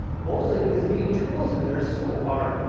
mostly because getting tools in there is so hard.